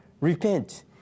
Repent